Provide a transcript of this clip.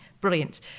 brilliant